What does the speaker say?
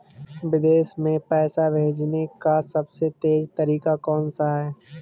विदेश में पैसा भेजने का सबसे तेज़ तरीका कौनसा है?